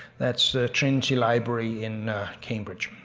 that's trinity library in cambridge.